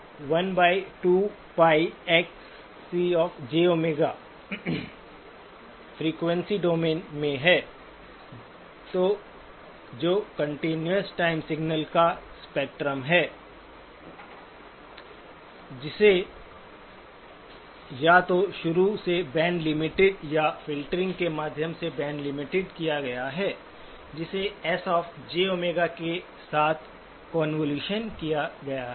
तो frequency domain में यह है जो कंटीन्यूअस टाइम सिग्नल का स्पेक्ट्रम है जिसे या तो शुरू से बैंड लिमिटेड या फ़िल्टरिंग के माध्यम से बैंड लिमिटेड किया गया है जिसे SjΩ के साथ कोंवोलुशन किया गया है